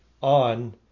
on